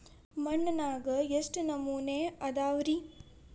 ಮಣ್ಣಿನಾಗ ಎಷ್ಟು ನಮೂನೆ ಅದಾವ ರಿ?